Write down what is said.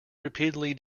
repeatedly